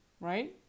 right